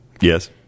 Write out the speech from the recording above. Yes